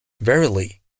Verily